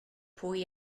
pwy